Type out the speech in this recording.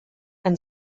and